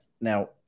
now